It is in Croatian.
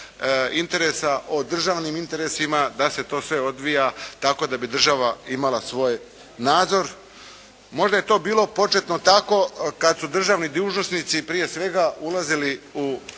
interesa o državnim interesima da se to sve odvija tako da bi država imala svoj nadzor. Možda je to bilo početno tako kad su državni dužnosnici prije svega ulazili u